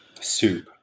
soup